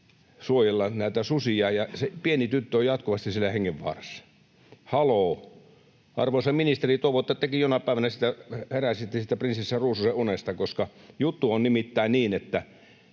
suojella susia, ja se pieni tyttö on jatkuvasti siellä hengenvaarassa. Haloo. Arvoisa ministeri, toivon, että tekin jonain päivänä heräisitte siitä prinsessa ruususen unesta, koska juttu on nimittäin niin, että